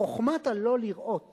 חוכמת הלא-לראות